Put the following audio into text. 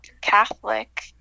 Catholic